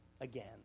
again